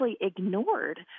ignored